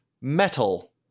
Metal